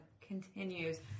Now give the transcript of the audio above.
continues